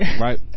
Right